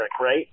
right